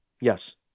Yes